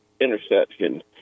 interception